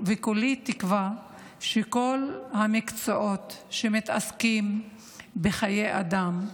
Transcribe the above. וכולי תקווה שכל המקצועות שבהם מתעסקים בחיי אדם,